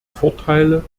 vorteile